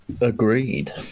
agreed